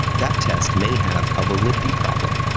that test may have a validity problem.